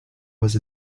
was